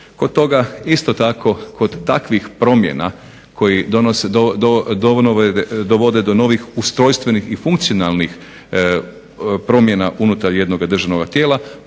kod toga isto tako kod takvih promjena koje dovode do novih ustrojstvenih i funkcionalnih promjena unutar jednog državnog tijela